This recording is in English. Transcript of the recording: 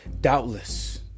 doubtless